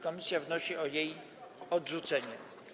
Komisja wnosi o jej odrzucenie.